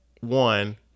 one